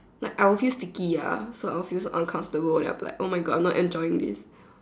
like I will feel sticky ah so I will feel uncomfortable then I'll be like oh my God I'm not enjoying this